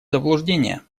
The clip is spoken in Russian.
заблуждение